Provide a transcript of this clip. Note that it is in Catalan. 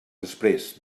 després